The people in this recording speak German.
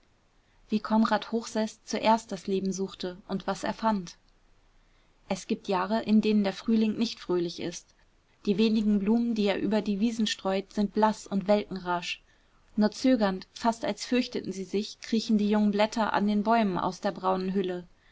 wie konrad hochseß zuerst das leben suchte und was er fand es gibt jahre in denen der frühling nicht fröhlich ist die wenigen blumen die er über die wiesen streut sind blaß und welken rasch nur zögernd fast als fürchteten sie sich kriechen die jungen blätter an den bäumen aus der braunen hülle